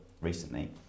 recently